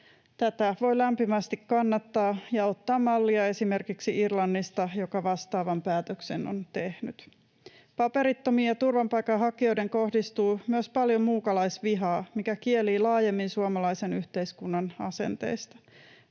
Tätä voi lämpimästi kannattaa ja ottaa mallia esimerkiksi Irlannista, joka vastaavan päätöksen on tehnyt. Paperittomiin ja turvapaikanhakijoihin kohdistuu myös paljon muukalaisvihaa, mikä kielii laajemmin suomalaisen yhteiskunnan asenteista.